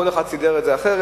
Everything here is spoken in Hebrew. כל אחד סידר את זה אחרת.